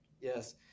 Yes